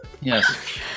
Yes